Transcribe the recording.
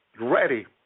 ready